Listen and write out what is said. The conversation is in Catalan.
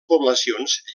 poblacions